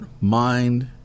mind